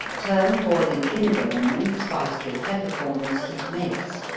turn boiling vinegar on them, spiced with pepper-corns, and mace.